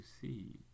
see